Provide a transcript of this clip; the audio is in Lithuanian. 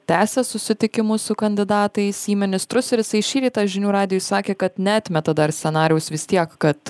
tęsia susitikimus su kandidatais į ministrus ir jisai šį rytą žinių radijui sakė kad neatmeta dar scenarijaus vis tiek kad